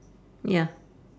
ya